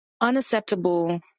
unacceptable